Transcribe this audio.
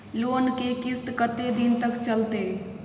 Loan के किस्त कत्ते दिन तक चलते?